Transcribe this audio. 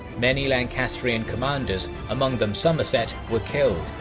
many lancastrian commanders, among them somerset, were killed,